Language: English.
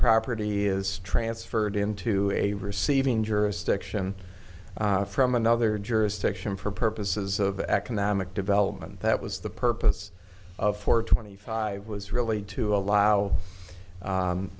property is transferred into a receiving jurisdiction from another jurisdiction for purposes of economic development that was the purpose of four twenty five was really to allow